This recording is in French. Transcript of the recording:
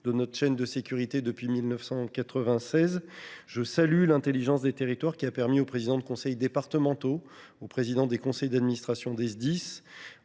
de notre chaîne de sécurité depuis 1996. Je veux saluer l’intelligence des territoires : les présidents de conseils départementaux, les présidents des conseils d’administration des Sdis,